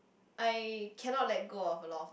I cannot let go of a lot